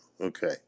Okay